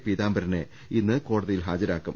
പീതാംബരനെ ഇന്ന് കോടതിയിൽ ഹാജരാക്കും